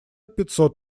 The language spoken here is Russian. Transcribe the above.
пятьсот